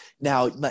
Now